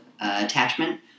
attachment